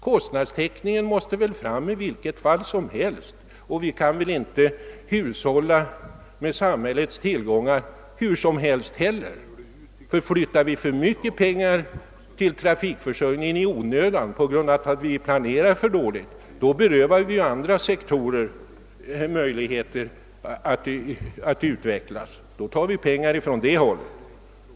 Kostnaderna måste ju täckas i vilket fall som helst och vi kan inte heller hushålla hur som helst med samhällets tillgångar. Anslår vi för mycket pengar till trafikförsörjningen, därför att vi planerar för dåligt, berövar vi ju andra sektorer möjligheten att utvecklas eftersom vi tar pengar ifrån dem.